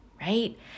Right